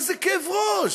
איזה כאב ראש,